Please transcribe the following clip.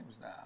now